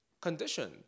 condition